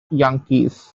yankees